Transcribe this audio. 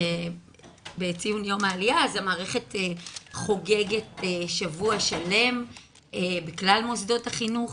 בציון יום העלייה המערכת חוגגת שבוע שלם בכלל מוסדות החינוך,